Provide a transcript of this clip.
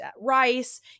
rice